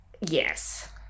Yes